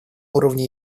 уровне